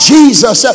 Jesus